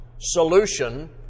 solution